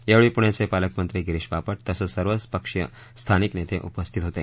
यावेळी पूण्याचे पालकमंत्री गिरीश बापट तसंच सर्व पक्षीय स्थानिक नेते उपस्थित होते